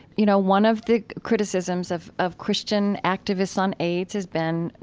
you know, one of the criticisms of of christian activists on aids has been,